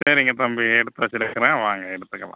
சரிங்க தம்பி எடுத்து வச்சுருக்குறேன் வாங்க எடுத்துக்கலாம்